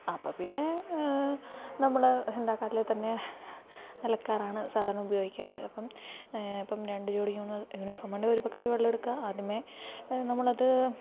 അപ്പോൾ പിന്നെ നമ്മൾ എന്താ കല്ലേൽതന്നെ അലക്കാറാണ് സാധാരണ ഉപയോഗിക്കാറ് അപ്പം ഇപ്പം രണ്ട് ജോടി യൂണിഫോമുണ്ടെൽ ഒരു ബക്കറ്റ് വെള്ളം എടുക്കുക ആദ്യമേ നമ്മളത്